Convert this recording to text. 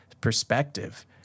perspective